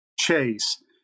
chase